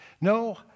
No